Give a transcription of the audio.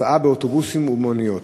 (הסעה באוטובוסים ובמוניות).